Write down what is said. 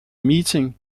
meeting